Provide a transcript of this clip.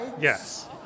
yes